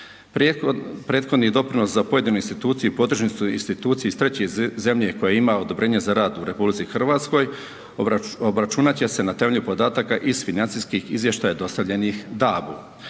Prethodni doprinos za pojedinu instituciju i podružnicu institucije iz treće zemlje koja ima odobrenje za rad u RH obračunat će se na temelju podataka iz financijskih izvještaja dostavljenih DAB-u.